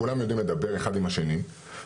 כולם יודעים לדבר אחד עם השני וכולם